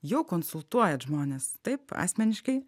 jau konsultuojat žmones taip asmeniškai